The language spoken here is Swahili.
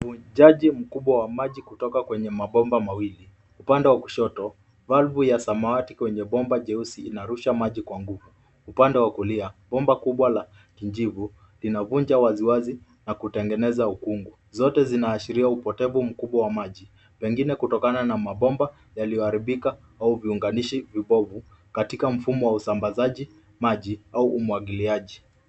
Ufujaji mkubwa wa maji kutoka kwenye mabomba mawili. Upande wa kushoto, valvu ya samawati kwenye bomba jeusi inarusha maji kwa nguvu. Upande wa kulia, bomba kubwa la kijivu linavuja waziwazi na kutengeneza ukungu. Zote zinaashiria upotevu mkubwa wa maji, pengine kutokana na mabomba yaliyoharibika au viunganishi vibovu katika mfumo wa usambazaji maji au umwagiliaji.